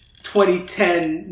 2010